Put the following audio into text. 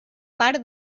part